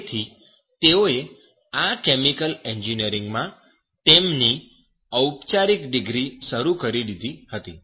તેથી તેઓએ આ કેમિકલ એન્જિનિયરિંગમાં તેમની ઔપચારિક ડિગ્રી શરૂ કરી દીધી હતી